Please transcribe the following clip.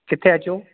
किथे अचूं